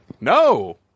no